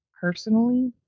personally